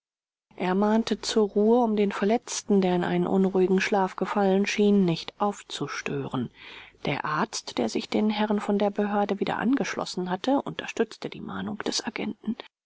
er mahnte zur ruhe um den verletzten der in einen unruhigen schlaf gefallen schien nicht aufzustören der arzt der sich den herren von der behörde wieder angeschlossen hatte unterstützte die mahnung des agenten